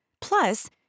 plus